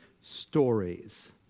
stories